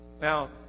Now